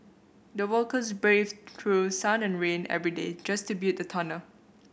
the workers braved through sun and rain every day just to build the tunnel